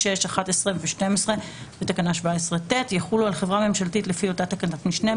(11) ו-(12) ו-17(ט) יחולו על חברה ממשלתית לפי אותה תקנת משנה,